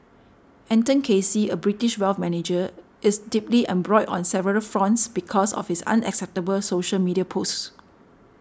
Anton Casey a British wealth manager is deeply embroiled on several fronts because of his unacceptable social media posts